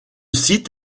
site